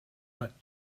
but